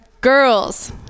Girls